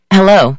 Hello